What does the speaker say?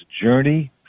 Journey